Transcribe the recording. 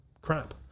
crap